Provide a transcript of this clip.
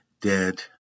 dead